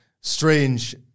strange